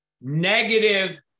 negative